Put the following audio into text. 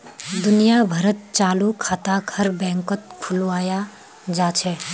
दुनिया भरत चालू खाताक हर बैंकत खुलवाया जा छे